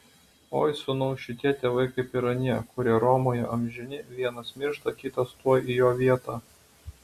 oi sūnau šitie tėvai kaip ir anie kurie romoje amžini vienas miršta kitas tuoj į jo vietą